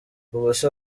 ubuse